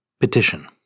Petition